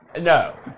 No